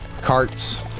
carts